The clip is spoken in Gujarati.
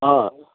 હા